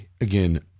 again